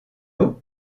dos